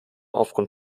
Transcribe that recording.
aufgrund